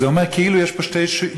אז זה אומר כאילו יש פה שתי ישויות,